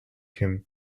him